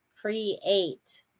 create